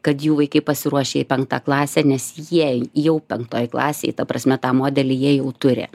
kad jų vaikai pasiruošę į penktą klasę nes jie jau penktoj klasėj ta prasme tą modelį jie jau turi